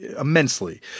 immensely